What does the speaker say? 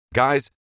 Guys